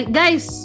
guys